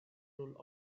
rule